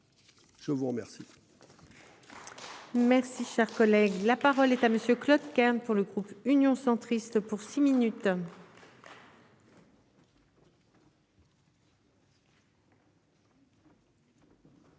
Je vous remercie.